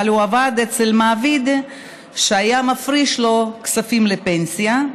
אבל הוא עבד אצל מעביד שהיה מפריש לו כספים לפנסיה.